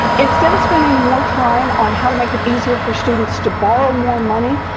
instead of spending more time on how to make it easier for students to borrow more money,